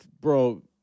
bro